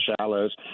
shallows